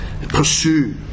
pursue